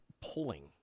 pulling